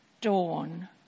dawn